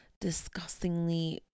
disgustingly